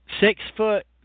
Six-foot